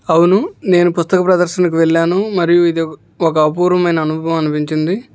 అవును నేను పుస్తక ప్రదర్శనకు వెళ్ళాను మరియు ఇది ఒక అపూర్వమైన అనుభవం అనిపించింది